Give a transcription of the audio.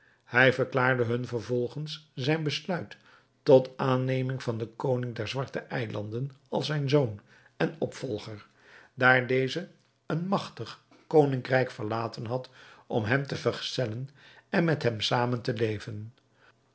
hij verklaarde hun vervolgens zijn besluit tot aanneming van den koning der zwarte eilanden als zijn zoon en opvolger daar deze een magtig koningrijk verlaten had om hem te vergezellen en met hem zamen te leven